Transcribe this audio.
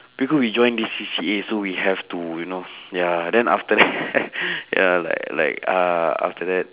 because we join this C_C_A so we have to you know ya then after that ya like like uh after that